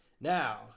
now